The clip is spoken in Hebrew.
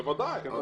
בוודאי.